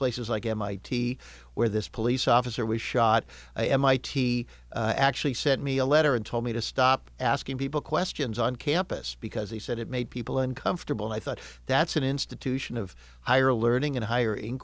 places like mit where this police officer was shot mit he actually sent me a letter and told me to stop asking people questions on campus because he said it made people uncomfortable and i thought that's an institution of higher learning and hi